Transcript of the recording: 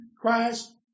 Christ